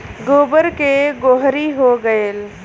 गोबर के गोहरी हो गएल